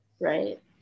right